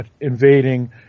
invading